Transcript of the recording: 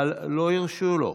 אבל לא הרשו לו.